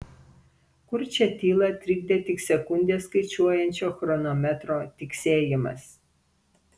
kurčią tylą trikdė tik sekundes skaičiuojančio chronometro tiksėjimas